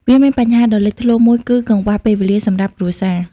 វាមានបញ្ហាដ៏លេចធ្លោមួយគឺ កង្វះពេលវេលាសម្រាប់គ្រួសារ។